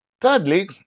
Thirdly